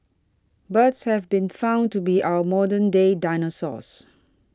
birds have been found to be our modern day dinosaurs